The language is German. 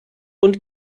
und